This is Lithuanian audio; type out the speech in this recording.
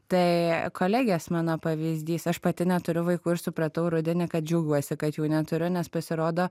tai kolegės mano pavyzdys aš pati neturiu vaikų ir supratau rudenį džiaugiuosi kad jų neturiu nes pasirodo